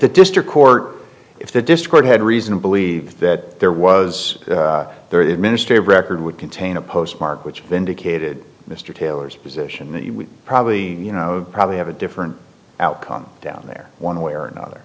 the district court if the dischord had reason to believe that there was a ministry record would contain a postmark which indicated mr taylor's position that he would probably you know probably have a different outcome down there one way or another